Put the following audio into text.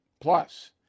Plus